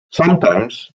sometimes